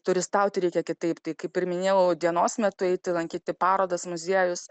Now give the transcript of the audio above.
turistauti reikia kitaip tai kaip ir minėjau dienos metu eiti lankyti parodas muziejus